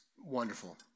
wonderful